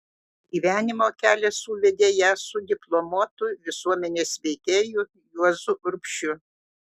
gyvenimo kelias suvedė ją su diplomuotu visuomenės veikėju juozu urbšiu